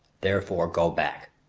therefore go back.